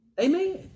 Amen